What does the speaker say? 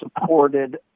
supported